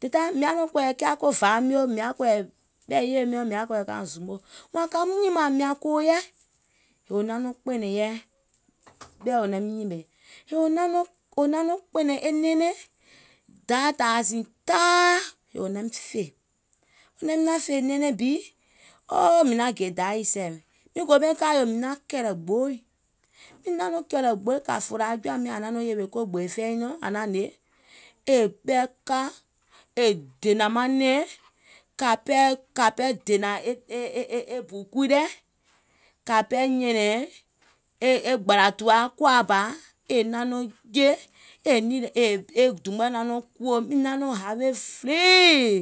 Dèda, mìŋ yaà nɔŋ kɔ̀ɔ̀yɛ̀ kià ko vàa mio, mìŋ yaà kɔ̀ɔ̀yɛ̀ ɓɛ̀ yèye miɔ̀ŋ, mìŋ yaà kɔɔyɛ kauŋ zuumò. Wààŋ kàum nyìmàŋ, mìàŋ kòò yɛi? yèè wò naŋ nɔŋ kpɛ̀nɛ̀ŋ yɛi ɓɛ̀i wò naim nyìmè, yèè wò naŋ nɔŋ kpɛ̀nɛ̀ŋ e nɛɛnɛŋ daà tààsùùŋ taai wò naim fè, wò naim naàŋ fè nɛɛnɛŋ bi, o o mìŋ naŋ gè Dayà e sɛ̀, miŋ gò ɓɛìŋ ka yo, mìŋ kɛ̀lɛ̀ ko gbooi, kà fòlà jɔ̀àim nyàŋ àŋ naŋ nɔŋ yèwè ko gbèè fɛi nyiŋ nɔɔ̀ŋ àŋ naŋ hnè, è ɓɛɛ ka è dènàŋ manɛ̀ŋ, kà pɛɛ dènàŋ e bù kui lɛ̀, kà pɛɛ nyɛ̀nɛ̀ŋ e gbàlà tùwa kòà bà, è naŋ nɔŋ jèe, e dùùm mɔɛ naŋ nɔŋ, mìŋ naŋ nɔŋ hawe fèliì.